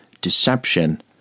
deception